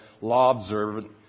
law-observant